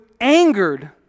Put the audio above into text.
angered